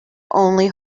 only